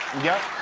yep.